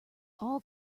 all